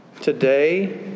today